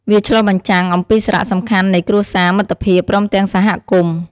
វាឆ្លុះបញ្ចាំងអំពីសារៈសំខាន់នៃគ្រួសារ មិត្តភាព ព្រមទាំងសហគមន៍។